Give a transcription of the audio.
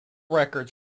records